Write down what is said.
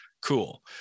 cool